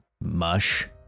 mush